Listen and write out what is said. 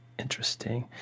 Interesting